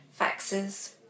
faxes